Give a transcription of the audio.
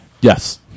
Yes